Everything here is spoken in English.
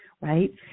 right